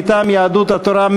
מטעם יהדות התורה,